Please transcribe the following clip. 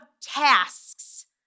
tasks